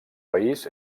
país